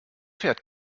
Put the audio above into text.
fährt